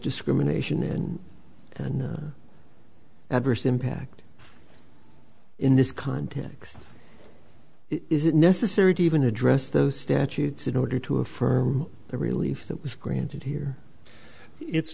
discrimination and adverse impact in this context is it necessary to even address those statutes in order to affirm the relief that was granted here it's